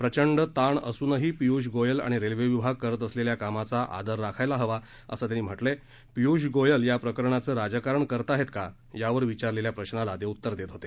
प्रचंड ताण असुनही पियुष गोयल आणि रेल्वे विभाग करत असलेल्या कामाचा आदर राखायला हवा असं त्यांनी म्हटलं आहे पिय्ष गोयल या प्रकरणाचं राजकारण करताहेत का यावर विचारलेल्या प्रश्नाला ते उत्तर देत होते